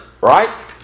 right